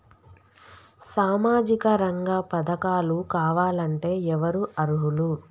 సామాజిక రంగ పథకాలు కావాలంటే ఎవరు అర్హులు?